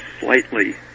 slightly